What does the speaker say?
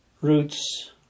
roots